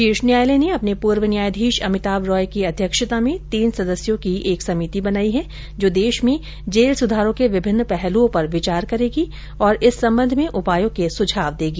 शीर्ष न्यायालय ने अपने पूर्व न्यायाधीश अमिताव रॉय की अध्यक्षता में तीन सदस्यों की एक समिति बनाई है जो देश में जेल सुधारों के विभिन्न पहलुओं पर विचार करेगी और इस संबंध में उपायों के सुझाव देगी